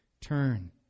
turn